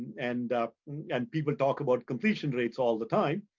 and and people talk about completion rates all the time.